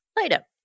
later